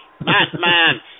batman